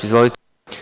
Izvolite.